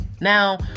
now